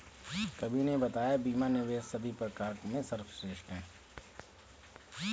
कवि ने बताया बीमा निवेश के सभी प्रकार में सर्वश्रेष्ठ है